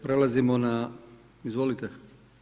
Prelazimo na, izvolite.